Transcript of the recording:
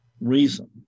reason